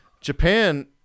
japan